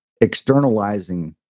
externalizing